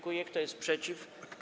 Kto jest przeciw?